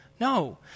no